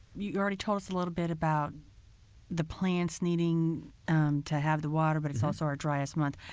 you already told us a little bit about the plants needing to have the water, but it's also our dryest month.